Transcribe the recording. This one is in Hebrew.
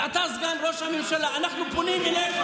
ואתה סגן ראש הממשלה, אנחנו פונים אליך.